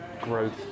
growth